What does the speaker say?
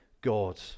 God